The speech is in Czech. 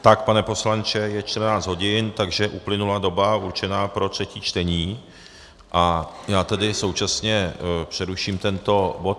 Tak, pane poslanče, je 14 hodin, takže uplynula doba určená pro třetí čtení, a já tedy současně přeruším tento bod.